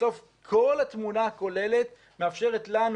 בסוף כל התמונה הכוללת מאפשרת לנו,